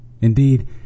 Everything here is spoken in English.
Indeed